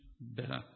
better